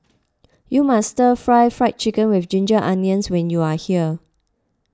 you must Stir Fried Fried Chicken with Ginger Onions when you are here